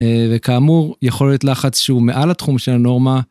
וכאמור, יכול להיות לחץ שהוא מעל התחום של הנורמה.